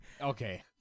Okay